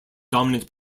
dominant